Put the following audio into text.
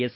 S